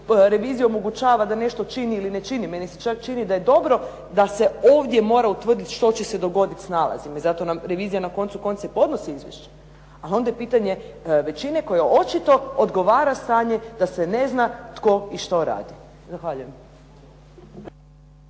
reviziji omogućava da nešto čini ili ne čini. Meni se čak čini da je dobro da se ovdje mora utvrditi što će se dogoditi s nalazima i zato nam revizija na koncu konca i podnosi izvješće, a onda je pitanje većine kojoj očito odgovara stanje da se ne zna tko i što radi. Zahvaljujem.